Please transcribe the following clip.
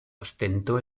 ostentó